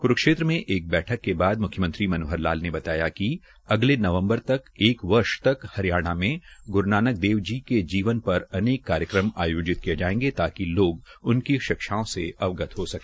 कुरूक्षेत्र में एक बैठक के बाद मुख्मयंत्री मनोहर लाल ने बताया कि अगले नवम्बर तक एक वर्ष हरियाणा में गुरू नानक देव जी के जीवन पर उनके कार्यक्रम आयोजित किये जायेंगे ताकि लोग उनकी शिक्षाओं से अवगत हो सके